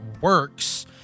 works